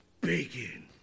bacon